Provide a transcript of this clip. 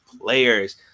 players